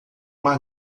uma